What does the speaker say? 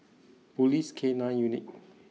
police K nine Unit